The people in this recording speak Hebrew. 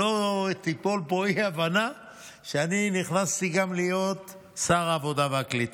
שלא תהיה פה אי-הבנה שאני נכנסתי להיות גם שר העלייה והקליטה.